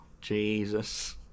Jesus